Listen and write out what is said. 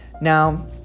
Now